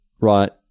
right